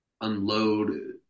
unload